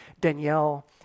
Danielle